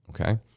Okay